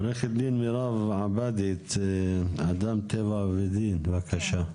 עורכת דין מירב עבאדי, אדם טבע ודין, בבקשה.